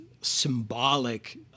symbolic